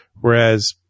Whereas